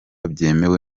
byemewe